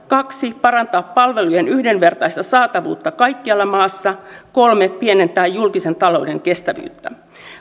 kaksi parantaa palvelujen yhdenvertaista saatavuutta kaikkialla maassa kolme pienentää julkisen talouden kestävyysvajetta